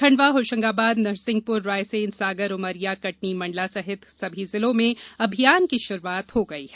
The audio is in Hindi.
खंडवा होशंगाबाद नरसिंहपुर रायसेन सागर उमरिया कटनी मंडला सहित सभी जिलों में अभियान की शुरूआत हो गई है